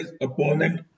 opponent